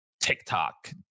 TikTok